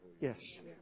yes